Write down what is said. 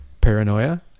paranoia